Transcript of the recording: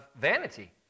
vanity